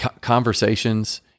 Conversations